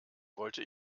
wollte